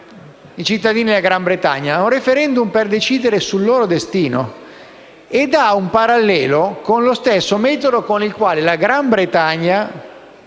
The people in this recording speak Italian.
i cittadini della Gran Bretagna? È un *referendum* per decidere sul loro destino, che ha un parallelo con lo stesso metodo con il quale la Gran Bretagna